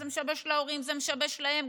זה משבש להורים, זה משבש להם.